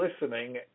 listening